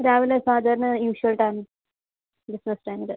രാവിലെ സാധാരണ usual time business ടൈമിൽ